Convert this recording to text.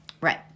Right